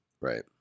right